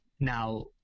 Now